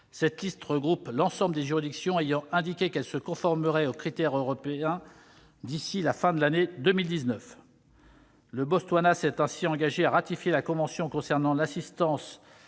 Cette liste regroupe l'ensemble des juridictions ayant indiqué qu'elles se conformeraient aux critères européens d'ici à la fin de l'année 2019. Le Botswana s'est ainsi engagé à ratifier la convention concernant l'assistance